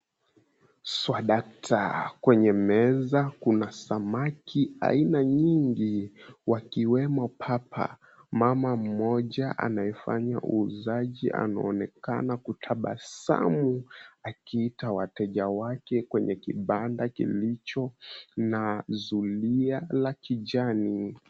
Swadakta kwenye meza kuna samaki ina nyingi wakiwemo papa. Mama mmoja anayefanya uuzaji anaonekana kutabasamu akiita wateja wake kwenye kibanda kilicho na zulia la kijani.